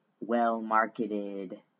well-marketed